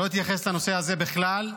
שלא התייחס לנושא הזה בכלל,